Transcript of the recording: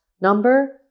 number